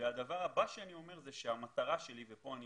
הדבר הבא שאני אומר הוא שהמטרה שלי וכאן אני